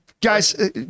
Guys